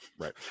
right